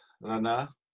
Rana